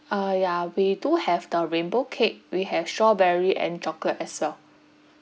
uh ya we do have the rainbow cake we have strawberry and chocolate as well